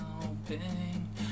helping